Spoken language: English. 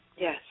Yes